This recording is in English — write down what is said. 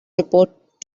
report